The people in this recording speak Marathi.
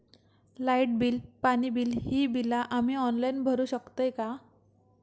लाईट बिल, पाणी बिल, ही बिला आम्ही ऑनलाइन भरू शकतय का?